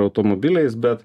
automobiliais bet